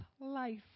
life